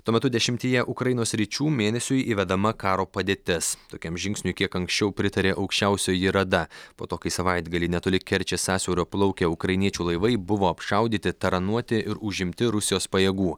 tuo metu dešimtyje ukrainos sričių mėnesiui įvedama karo padėtis tokiam žingsniui kiek anksčiau pritarė aukščiausioji rada po to kai savaitgalį netoli kerčės sąsiaurio plaukę ukrainiečių laivai buvo apšaudyti taranuoti ir užimti rusijos pajėgų